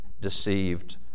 deceived